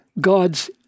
God's